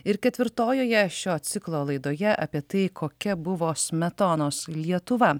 ir ketvirtojoje šio ciklo laidoje apie tai kokia buvo smetonos lietuva